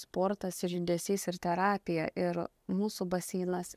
sportas ir judesys ir terapija ir mūsų baseinas